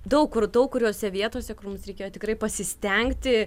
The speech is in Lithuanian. daug kur daug kuriose vietose kur mums reikėjo tikrai pasistengti